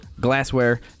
glassware